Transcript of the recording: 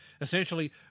Essentially